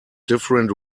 different